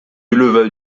éleva